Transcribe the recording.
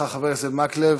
תודה רבה לך, חבר הכנסת מקלב.